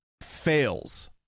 fails